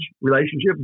relationship